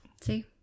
See